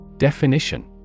Definition